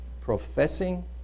Professing